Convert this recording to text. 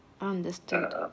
understood